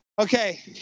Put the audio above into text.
Okay